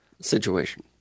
situation